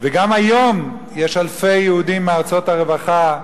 וגם היום יש אלפי יהודים מארצות הרווחה,